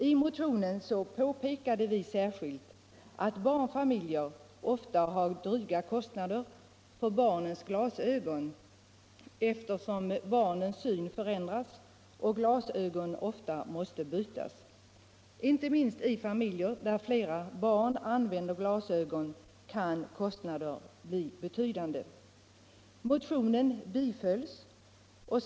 I motionen påpekade vi särskilt att barnfamiljer inte sällan har dryga kostnader för barnens glasögon, eftersom barnens syn förändras och glasögonen ofta måste bytas. Inte minst i familjer där flera barn använder glasögon kan kostnaderna bli betydande. Motionen bifölls.